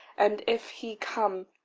and if he come,